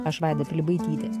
aš vaida pilibaitytė